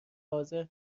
حاضر